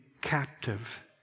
captive